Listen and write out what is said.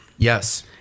Yes